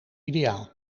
ideaal